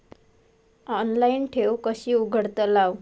Online ठेव कशी उघडतलाव?